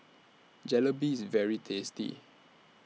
Jalebi IS very tasty